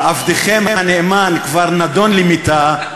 ועבדכם הנאמן כבר נידון למיתה,